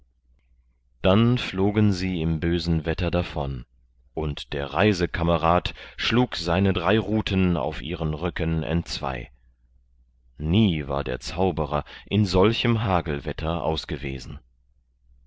dann flogen sie im bösen wetter davon und der reisekamerad schlug seine drei ruten auf ihren rücken entzwei nie war der zauberer in solchem hagelwetter aus gewesen